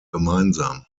gemeinsam